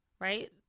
right